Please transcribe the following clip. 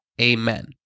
Amen